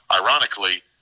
ironically